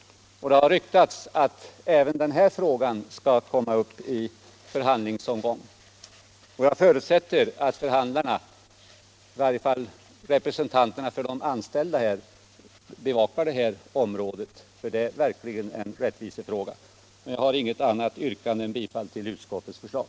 Det har ryktats att även denna fråga skall komma upp i en förhandlingsomgång. Jag förutsätter att förhandlarna, i varje fall representanterna för de anställda, bevakar detta område, för det är verkligen en rättvisefråga. Jag har inget annat yrkande än om bifall till utskottets förslag.